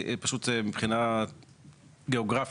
פשוט מבחינה גיאוגרפית,